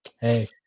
Hey